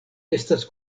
estas